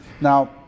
Now